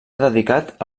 dedicat